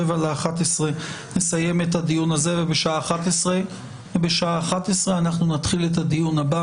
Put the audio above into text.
ב-10:45 נסיים את הדיון הזה וב-11:00 נתחיל את הדיון הבא